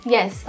Yes